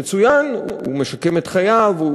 מצוין: הוא משקם את חייו,